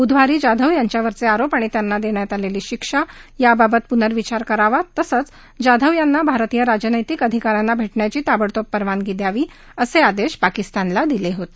ब्धवारी जाधव यांच्यावरील आरोप आणि त्यांना देण्यात आलेली शिक्षा याबाबत पुर्नविचार करावा तसंच जाधव यांना भारतीय राजनैतिक अधिकाऱ्यांना भेटण्याची ताबडतोब परवानगी द्यावी असं आदेश पाकिस्तानला दिले होते